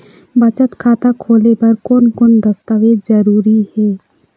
बचत खाता खोले बर कोन कोन दस्तावेज जरूरी हे?